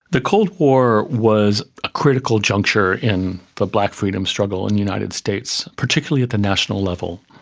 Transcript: the cold war was a critical juncture in the black freedom struggle in the united states, particularly at the national level.